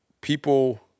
people